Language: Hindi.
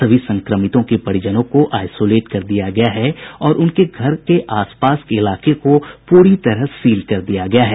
सभी संक्रमितों के परिजनों को आईसोलेट कर दिया गया है और उनके घर के आसपास के इलाके को पूरी तरह सील कर दिया गया है